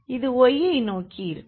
அது y யை நோக்கி இருக்கும்